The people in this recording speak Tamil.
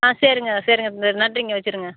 ஆ சரிங்க சரிங்க நன்றிங்க வச்சுருங்க